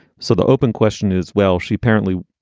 so the open question is, well, she apparently.